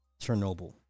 Chernobyl